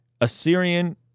Assyrian